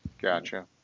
Gotcha